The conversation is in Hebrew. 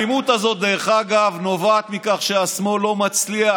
האלימות הזאת, דרך אגב, נובעת מכך שהשמאל לא מצליח